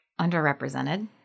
underrepresented